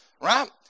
right